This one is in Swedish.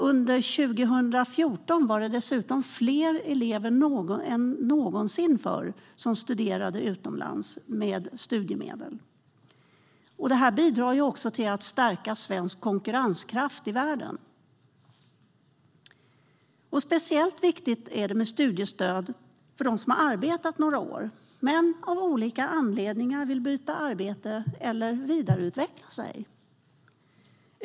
Under 2014 var det fler elever än någonsin som studerade utomlands med studiemedel. Det bidrar till att stärka svensk konkurrenskraft i världen. Speciellt viktigt är det med studiestöd för dem som har arbetat några år men som av olika anledningar vill byta arbete eller vidareutveckla sig.